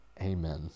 Amen